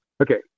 Okay